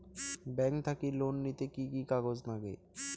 Bank থাকি loan নিতে কি কি কাগজ নাগে?